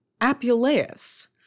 Apuleius